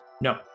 No